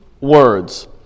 words